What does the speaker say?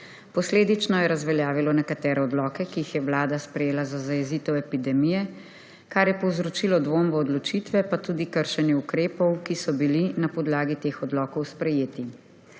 Posledično je razveljavilo nekatere odloke, ki jih je vlada sprejela za zajezitev epidemije, kar je povzročilo dvom v odločitve pa tudi kršenje ukrepov, ki so bili na podlagi teh Odlokov, sprejeti.